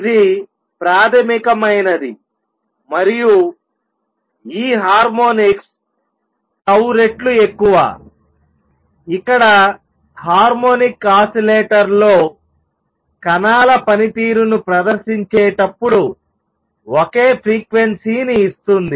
ఇది ప్రాథమికమైనది మరియు ఈ హార్మోనిక్స్ 𝜏 రెట్లు ఎక్కువ ఇక్కడ హార్మోనిక్ ఆసిలేటర్లో కణాల పనితీరును ప్రదర్శించేటప్పుడు ఒకే ఫ్రీక్వెన్సీని ఇస్తుంది